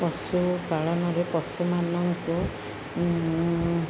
ପଶୁପାଳନରେ ପଶୁମାନଙ୍କୁ